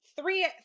three